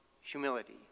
humility